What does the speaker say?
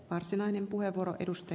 varsinainen puheenvuoro edusti